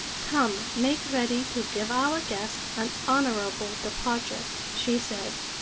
come, make ready to give our guest an honorable departure, she said.